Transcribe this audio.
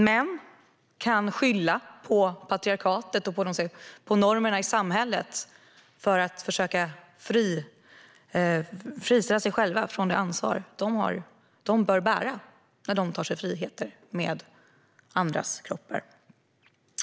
Män kan skylla på patriarkatet och normerna i samhället för att försöka friskriva sig från det ansvar de bör bära när de tar sig friheter med andras kroppar.